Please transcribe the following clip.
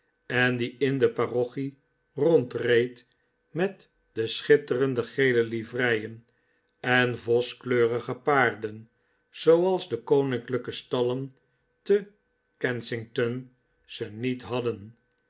en die in de parochie rondreed met de schitterende gele livreien en voskleurige paarden zooals de koninklijke stallen te kensington ze niet hadden